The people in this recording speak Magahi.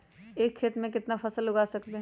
एक खेत मे केतना फसल उगाय सकबै?